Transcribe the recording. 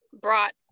brought